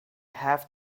have